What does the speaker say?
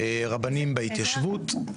רבנים בהתיישבות.